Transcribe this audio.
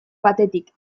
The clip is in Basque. batetik